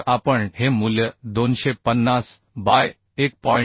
जर आपण हे मूल्य 250 बाय 1